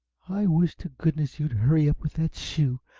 i wish to goodness you'd hurry up with that shoe!